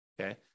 okay